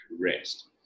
rest